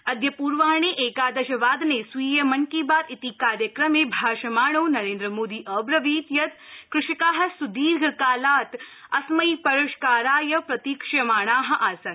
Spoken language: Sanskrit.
अद्य पूर्वाहे एकादश वादने स्वीये मन की बात इति कार्यक्रमे भाषमाणो नरेन्द्र मोदी अव्रवीत् यत् कृषका सुदीर्घकालात् अस्मै परिष्काराय प्रतीक्ष्यमाणा आसन्